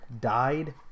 died